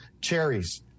Cherries